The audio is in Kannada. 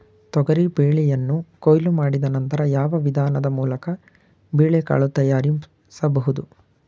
ತೊಗರಿ ಬೇಳೆಯನ್ನು ಕೊಯ್ಲು ಮಾಡಿದ ನಂತರ ಯಾವ ವಿಧಾನದ ಮೂಲಕ ಬೇಳೆಕಾಳು ತಯಾರಿಸಬಹುದು?